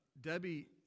Debbie